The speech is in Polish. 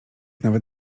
nawet